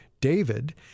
David